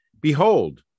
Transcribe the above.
behold